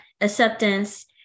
acceptance